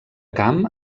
camp